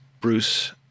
Bruce